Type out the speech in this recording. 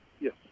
Yes